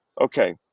okay